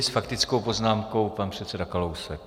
S faktickou poznámkou pan předseda Kalousek.